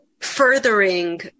furthering